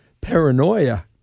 paranoia